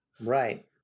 Right